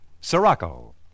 Sirocco